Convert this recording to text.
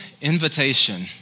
invitation